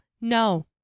No